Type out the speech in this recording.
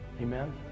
Amen